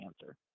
answer